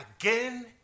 again